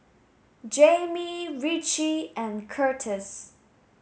Jami Ritchie and Curtiss